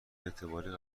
اعتباری